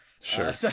sure